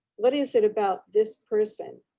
what is it about this person,